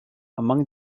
among